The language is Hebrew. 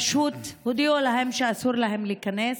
פשוט הודיעו להם שאסור להם להיכנס.